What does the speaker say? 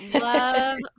love